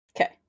Okay